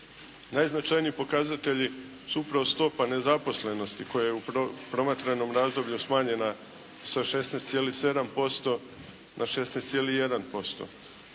Najznačajniji pokazatelji su upravo stopa nezaposlenosti koja je u promatranom razdoblju smanjena sa 16,7% na 16,1%.